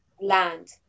land